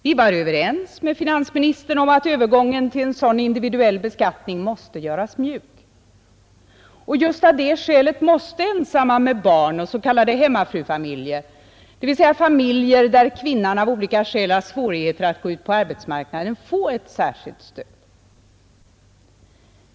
Vi var överens med finansministern om att övergången till en sådan individuell beskattning måste göras mjuk, och just av det skälet måste ensamma med barn och s.k. hemmafrufamiljer — dvs. familjer där kvinnan av olika skäl har svårigheter att gå ut på arbetsmarknaden — få ett särskilt stöd.